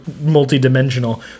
multi-dimensional